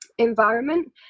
environment